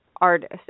artist